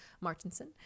Martinson